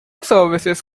services